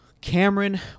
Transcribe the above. Cameron